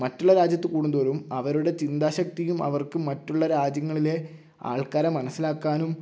മറ്റുള്ള രാജ്യത്ത് കൂടുന്തോറും അവരുടെ ചിന്താ ശക്തിയും അവർക്ക് മറ്റുള്ള രാജ്യങ്ങളിലെ ആൾക്കാരെ മനസ്സിലാക്കാനും